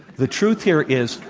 the truth here is,